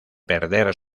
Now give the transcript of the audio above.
perder